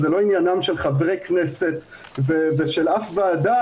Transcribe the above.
וזה לא עניינם של חברי כנסת ושל אף ועדה